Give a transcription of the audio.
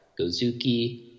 Gozuki